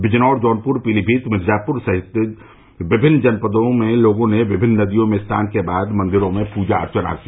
बिजनौर जौनपुर पीलीभीत मिर्जापुर सहित विभिन्न जनपदों में लोगों ने विभिन्न नदियों में स्नान करने के बाद मन्दिरों में पूजा अर्चना की